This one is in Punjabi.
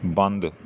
ਬੰਦ